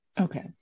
Okay